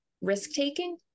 risk-taking